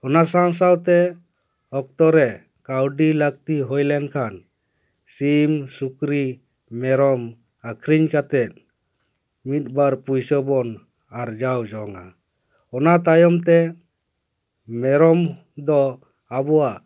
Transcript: ᱚᱱᱟ ᱥᱟᱶ ᱥᱟᱶᱛᱮ ᱚᱠᱛᱚ ᱨᱮ ᱠᱟᱹᱣᱰᱤ ᱞᱟᱹᱠᱛᱤ ᱦᱩᱭᱞᱮᱱᱠᱷᱟᱱ ᱥᱤᱢ ᱥᱩᱠᱨᱤ ᱢᱮᱨᱚᱢ ᱟᱹᱠᱷᱨᱤᱧ ᱠᱟᱛᱮᱫ ᱢᱤᱫ ᱵᱟᱨ ᱯᱩᱭᱥᱟᱹ ᱵᱚᱱ ᱟᱨᱡᱟᱣ ᱡᱚᱝᱟ ᱚᱱᱟ ᱛᱟᱭᱚᱢ ᱛᱮ ᱢᱮᱨᱚᱢ ᱫᱚ ᱟᱵᱚᱣᱟᱜ